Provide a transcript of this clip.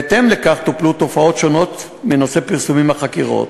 בהתאם לכך טופלו תופעות שונות בנושא פרסומים מחקירות: